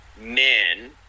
men